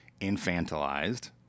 infantilized